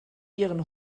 ihren